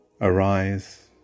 arise